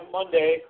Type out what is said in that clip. Monday